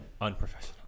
Unprofessional